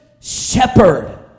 shepherd